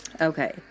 Okay